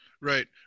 Right